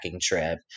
trip